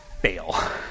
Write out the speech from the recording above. fail